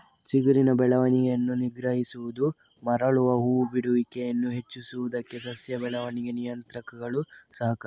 ಚಿಗುರಿನ ಬೆಳವಣಿಗೆಯನ್ನು ನಿಗ್ರಹಿಸುವುದು ಮರಳುವ ಹೂ ಬಿಡುವಿಕೆಯನ್ನು ಹೆಚ್ಚಿಸುವುದಕ್ಕೆ ಸಸ್ಯ ಬೆಳವಣಿಗೆ ನಿಯಂತ್ರಕಗಳು ಸಹಕಾರಿ